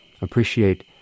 Appreciate